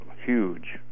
huge